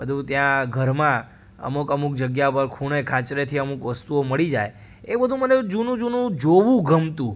બધું ત્યાં ઘરમાં અમુક અમુક જગ્યા પર ખૂણે ખાંચરેથી અમુક વસ્તુઓ મળી જાય એ બધું મને જૂનું જૂનું જોવું ગમતું